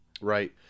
Right